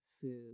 food